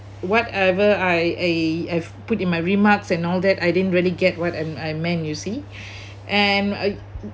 whatever I I've put in my remarks and all that I didn't really get what I'm I'm meant you see and I